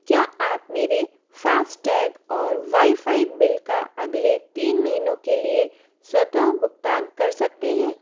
क्या आप मेरे फास्टैग और वाईफ़ाई बिल का अगले तीन महीनों के लिए स्वतः भुगतान कर सकते हैं